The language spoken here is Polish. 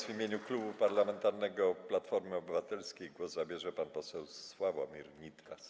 W imieniu Klubu Parlamentarnego Platforma Obywatelska głos zabierze pan poseł Sławomir Nitras.